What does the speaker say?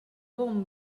bon